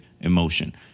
emotion